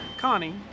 Connie